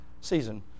season